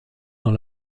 dans